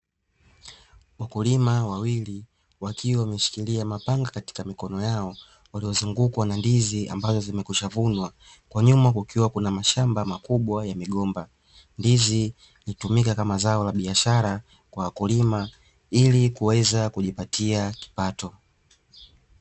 Wakulima wawili wakiwa wameshikilia mapanga katika mikono yao waliozungukwa na ndizi ambazo zimekwishavunwa, kwa nyuma kukiwa kuna mashamba makubwa ya migomba. Ndizi hutumika kama zao la biashara kwa wakulima ili kuweza kujipatia kipato.